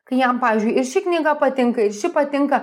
kai jam pavyzdžiui ir ši knyga patinka ir ši patinka